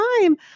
time